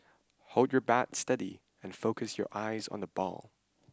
hold your bat steady and focus your eyes on the ball